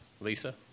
Lisa